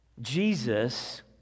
Jesus